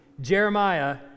Jeremiah